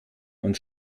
und